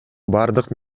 бардык